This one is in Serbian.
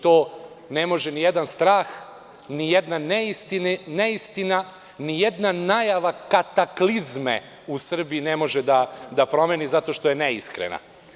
To ne može nijedan strah, nijedna neistina, nijedna najava kataklizme u Srbiji da promeni, zato što je neiskrena.